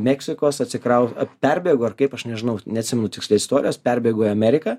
meksikos atsikrau perbėgo ar kaip aš nežinau neatsimenu tiksliai istorijos perbėgo į ameriką